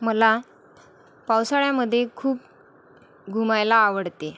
मला पावसाळ्यामध्ये खूप घुमायला आवडते